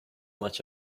much